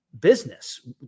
business